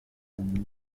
ornate